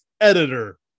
Editor